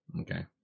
Okay